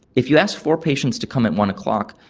if you ask four patients to come at one o'clock,